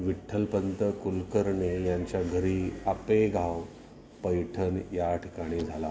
विठ्ठलपंत कुलकर्णी यांच्या घरी आपेगाव पैठण या ठिकाणी झाला